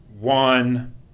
one